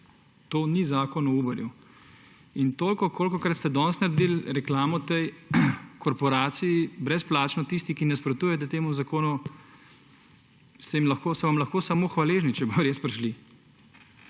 To ni Zakon o Uberju. In toliko kolikokrat ste danes naredili reklamo tej korporaciji, brezplačno tisti, ki nasprotujete temu zakonu, so vam lahko samo hvaležni, če bodo res prišli.